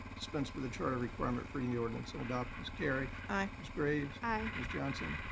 dispense with the charter requirement for reading the ordinance and adopt. ms. carry. aye. ms. graves. aye. ms. johnson.